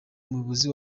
umuyobozi